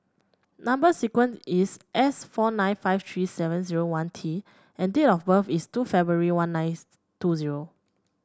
number sequence is S four nine five three seven zero one T and date of birth is two February one nine two zero